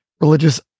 religious